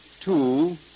two